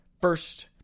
first